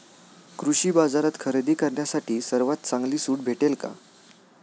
कृषी बाजारात खरेदी करण्यासाठी सर्वात चांगली सूट भेटेल का?